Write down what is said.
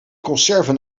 conserven